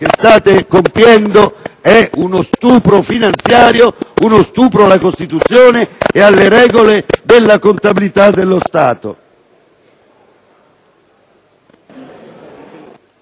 state compiendo è uno stupro finanziario, alla Costituzione ed alle regole della contabilità dello Stato.